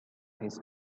his